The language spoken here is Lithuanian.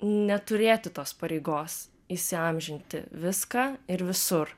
neturėti tos pareigos įsiamžinti viską ir visur